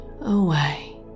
away